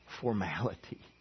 formality